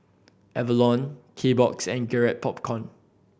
Avalon Kbox and Garrett Popcorn